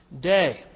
day